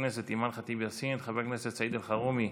הכנסת אימאן ח'טיב יאסין, חבר הכנסת סעיד אלחרומי,